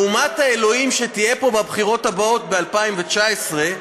מהומת האלוהים שתהיה פה בבחירות הבאות, ב-2019,